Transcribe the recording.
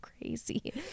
crazy